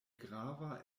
grava